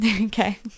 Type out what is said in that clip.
Okay